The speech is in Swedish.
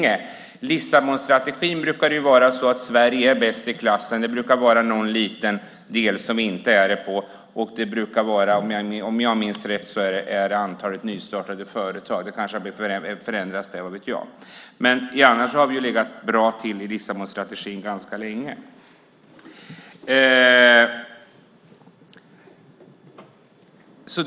I Lissabonstrategin brukar det ju vara så att Sverige är bäst i klassen. Det brukar vara någon liten del där vi inte är det. Det brukar gälla, om jag minns rätt, antalet nystartade företag. Det kanske har förändrats där - vad vet jag? Men annars har vi legat bra till i Lissabonstrategin ganska länge.